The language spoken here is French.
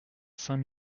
saint